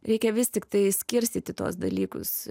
reikia vis tiktai skirstyti tuos dalykus